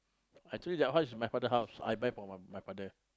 I told you that one is my father house I buy for my my father